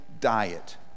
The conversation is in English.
diet